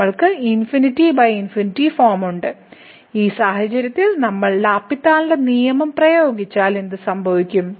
നമ്മൾക്ക് ∞∞ ഫോം ഉണ്ട് ഈ സാഹചര്യത്തിൽ നമ്മൾ L'Hospital ന്റെ നിയമം പ്രയോഗിച്ചാൽ എന്ത് സംഭവിക്കും